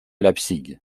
leipzig